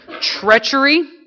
treachery